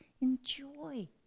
enjoy